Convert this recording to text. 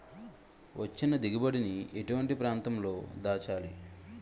వచ్చిన దిగుబడి ని ఎటువంటి ప్రాంతం లో దాచాలి?